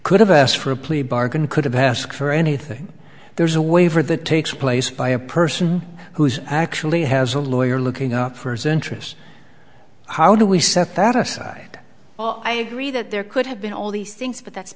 could have asked for a plea bargain could have asked for anything there's a waiver that takes place by a person who's actually has a lawyer looking up for a centrist how do we set that aside well i agree that there could have been all these things but that